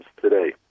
today